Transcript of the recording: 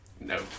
no